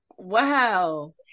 wow